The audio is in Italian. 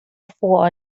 fuori